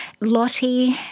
Lottie